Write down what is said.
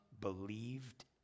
believed